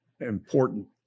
important